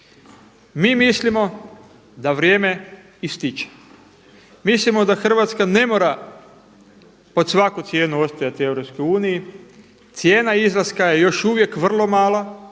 Mi mislimo da vrijeme ističe. Mislimo da Hrvatska ne mora pod svaku cijenu ostajati u Europskoj uniji. Cijena izlaska je još uvijek vrlo mala,